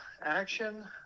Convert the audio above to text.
Action